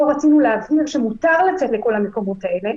פה רצינו להבהיר שמותר לצאת לכל מקומות האלה.